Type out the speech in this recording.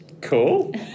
Cool